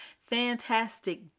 fantastic